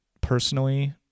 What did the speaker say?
personally